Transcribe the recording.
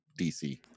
DC